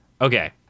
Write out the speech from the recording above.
Okay